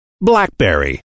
BlackBerry